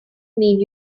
mean